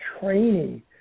training